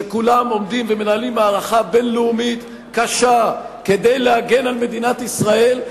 שכולם עומדים ומנהלים מערכה בין-לאומית קשה כדי להגן על מדינת ישראל,